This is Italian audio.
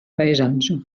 paesaggio